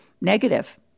negative